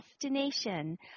destination